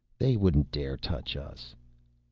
they wouldn't dare touch us.